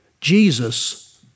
Jesus